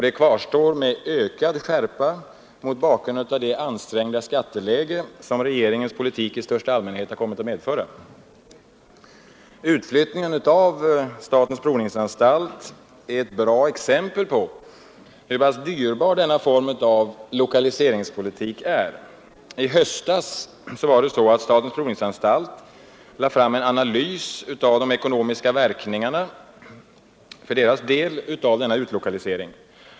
Det kvarstår med ökad skärpa mot bakgrund av det ansträngda skatteläge som rege ringens politik i största allmänhet kommit att medföra. Utflyttningen av statens provningsanstalt är ett bra exempel på hur pass dyrbar denna form av lokaliseringspolitik är. I höstas lade statens provningsanstalt fram en analys av de ekonomiska verkningarna för dess del av utlokaliseringen.